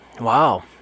Wow